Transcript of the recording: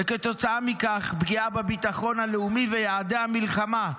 וכתוצאה מכך פגיעה בביטחון הלאומי וביעדי המלחמה,